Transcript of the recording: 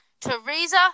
Teresa